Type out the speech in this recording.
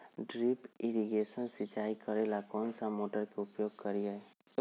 Drip irrigation सिंचाई करेला कौन सा मोटर के उपयोग करियई?